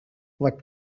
what